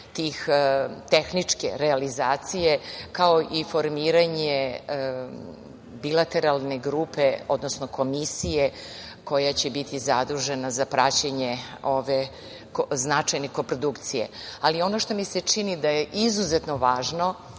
tehničke realizacije, kao i formiranje bilateralne grupe, odnosno, komisije koja će biti zadužena za praćenje ove značajne koprodukcije. Ali, ono što mi se čini izuzetno važno